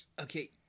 Okay